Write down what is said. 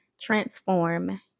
transform